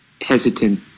hesitant